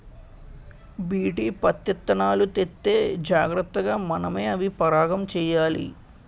BT పత్తిత్తనాలు తెత్తే జాగ్రతగా మనమే అవి పరాగం చెయ్యాలి